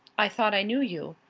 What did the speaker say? i thought i knew you.